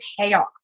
payoff